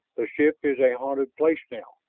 the ship is a haunted place now.